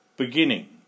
Beginning